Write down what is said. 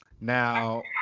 Now